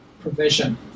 provision